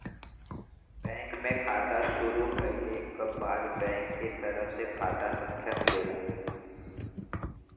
bank में खाता शुरू कइले क बाद बैंक के तरफ से खाता संख्या मिलेला